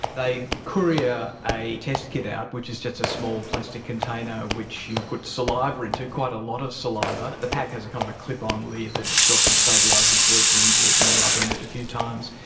they courier a test kit out, which is just a small plastic container which you put saliva into, quite a lot of saliva. the pack has a kind of clip-on lid that drops a stabilising solution into it, and you upend it a few times.